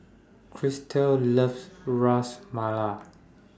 Christel loves Ras Malai